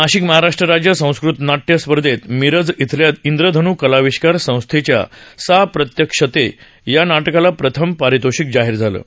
नाशिक महाराष्ट्र राज्य संस्कृत नाट्य स्पर्धेत मिरज इथल्या इंद्रधन् कलाविष्कार संस्थेच्या सा प्रत्यूक्षते या नाटकाला प्रथम पारितोषिक जाहीर झालं आहे